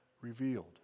revealed